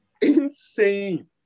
Insane